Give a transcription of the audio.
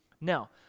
Now